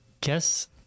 guess